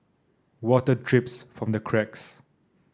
water drips from the cracks